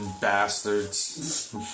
bastards